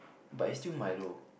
but it's still Milo